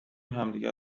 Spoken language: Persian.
همدیگه